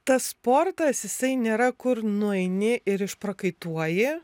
tas sportas jisai nėra kur nueini ir išprakaituoji